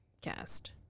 cast